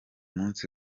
munsi